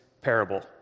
parable